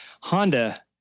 Honda